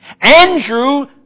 Andrew